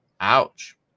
Ouch